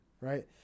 right